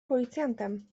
policjantem